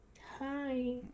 Hi